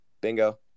bingo